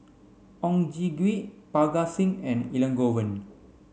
Oon Jin Gee Parga Singh and Elangovan